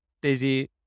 busy